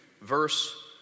verse